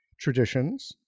traditions